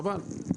חבל.